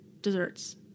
Desserts